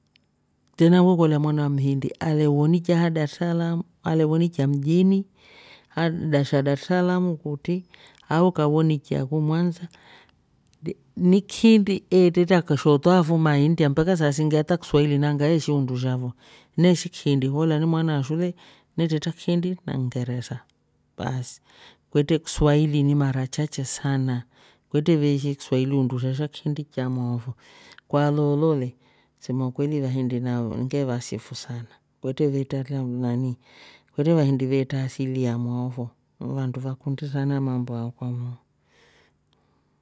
Tena wekolya mwana ah mhindi alewonikya ha darsalamu alewonikya mjini handu sha darsalamu kutri au kawonikya ku mwansa nikihindi etretra keshooto afuma india mpaka saa singi hata kiswahili nanga eeshi undusha fo neeshi kihindi kolya ni mwana ashule netretra kihindi nangeresa baasi kwetre kiswahili ni mara chache sanaa kwetre veeshi kiswahili undusha sha kihindi cha mwao fo kwaloolo le kusemakweli vahindi ngevasifu sana kwetre vetra kuna- kwetre vahindi vetraa asili yamwao fo ni vandu vakundi sana mambo akwamwao.